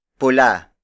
pula